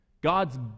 God's